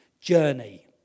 journey